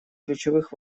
ключевых